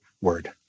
word